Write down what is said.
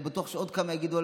אני בטוח שעוד כמה יגידו,